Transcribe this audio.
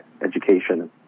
education